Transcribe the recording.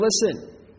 listen